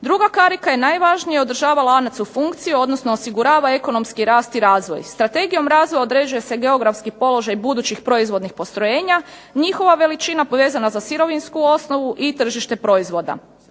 Druga karika je najvažnija, održava lanac u funkciji odnosno osigurava ekonomski rast i razvoj. Strategijom razvoja određuje se geografski položaj budući proizvodnih postrojenja, njihova veličina vezana za sirovinsku osnovu i tržište proizvoda.